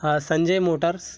हां संजय मोटार्स